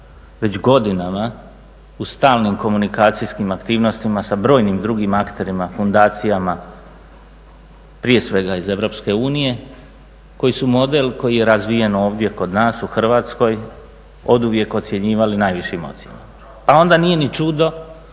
već godinama u stalnim komunikacijskim aktivnostima sa brojnim drugim akterima, fundacijama prije svega iz EU koji su model koji je razvijen ovdje kod nas u Hrvatskoj oduvijek ocjenjivali najvišim ocjenama. Pa onda nije ni čudo